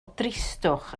dristwch